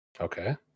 Okay